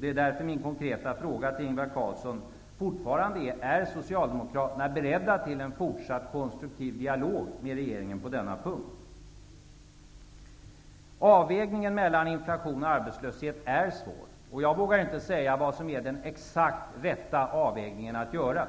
Det är därför som min konkreta fråga till Ingvar Carlsson fortfarande är: Är Socialdemokraterna beredda till en fortsatt konstruktiv dialog med regeringen på denna punkt? Avvägningen mellan inflation och arbetslöshet är svår. Jag vågar inte säga vad som är den exakt rätta avvägningen att göra.